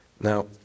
Now